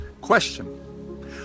Question